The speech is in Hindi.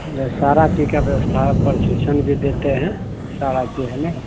जी सारी चीज़ की क्या व्यवस्था है परशिक्षण भी देते हैं सारा